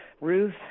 Ruth